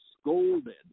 scolded